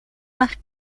más